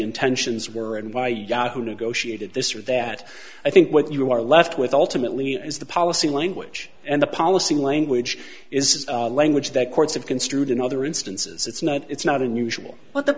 intentions were and why yahoo negotiated this or that i think what you are left with ultimately is the policy language and the policy language is language that courts have construed in other instances it's not it's not unusual but the